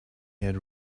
had